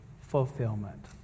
fulfillment